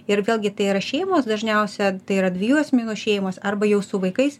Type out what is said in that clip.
ir vėlgi tai yra šeimos dažniausia tai yra dviejų asmenų šeimos arba jau su vaikais